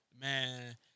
man